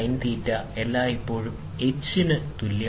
അതിനാൽ Lsin എല്ലായ്പ്പോഴും h ന് തുല്യമാണ്